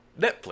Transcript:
Netflix